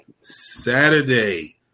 Saturday